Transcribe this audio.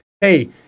hey